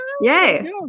yay